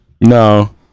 no